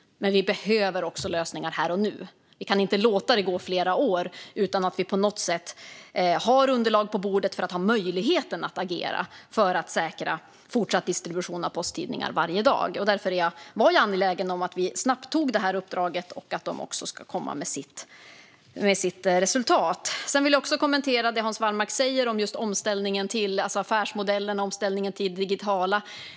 Men vi behöver också lösningar här och nu. Vi kan inte låta det gå flera år utan att vi på något sätt har underlag på bordet för att ha möjlighet att agera för att säkra fortsatt distribution av posttidningar varje dag. Därför var jag angelägen om att vi snabbt skulle ge det här uppdraget, som ska ge resultat. Jag vill också kommentera det som Hans Wallmark säger om affärsmodellerna och omställningen till det digitala.